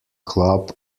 club